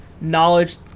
knowledge